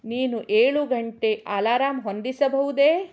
ನೀನು ಏಳು ಗಂಟೆ ಅಲಾರಾಂ ಹೊಂದಿಸಬಹುದೇ